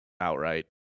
outright